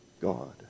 God